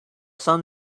sun